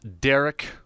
Derek